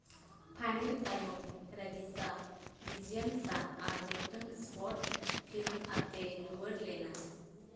final ᱛᱟᱭᱚᱢ ᱨᱟᱡᱤᱥᱟ ᱵᱷᱮᱡᱤᱭᱟᱱᱥᱟ ᱟᱨ ᱢᱤᱫᱴᱟᱹᱝ ᱥᱯᱚᱴ ᱯᱷᱤᱞᱢ ᱟᱛᱮ ᱨᱩᱣᱟᱹᱲ ᱞᱮᱱᱟ